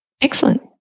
Excellent